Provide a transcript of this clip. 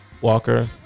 Walker